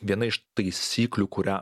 viena iš taisyklių kurią